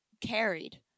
carried